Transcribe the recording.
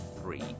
three